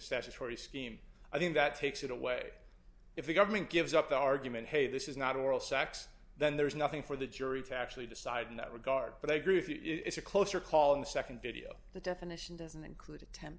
statutory scheme i think that takes it away if the government gives up the argument hey this is not oral sex then there's nothing for the jury to actually decide in that regard but i agree with you it is a closer call in the nd video the definition doesn't include attempt